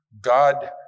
God